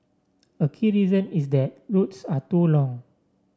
a key reason is that routes are too long